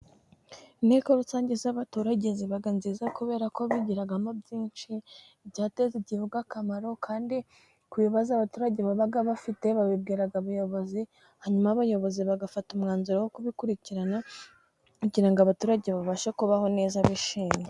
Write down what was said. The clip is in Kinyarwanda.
Inteko rusange z'abaturage ziba nziza, kubera ko bigiramo byinshi byateza Igihugu akamaro. Kandi ku bibazo abaturage baba bafite, babibwira abayobozi hanyuma abayobozi bagafata umwanzuro wo kubikurikirana, kugira ngo abaturage babashe kubaho neza bishimye.